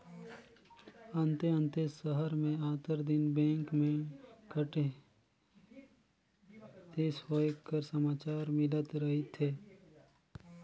अन्ते अन्ते सहर में आंतर दिन बेंक में ठकइती होए कर समाचार मिलत रहथे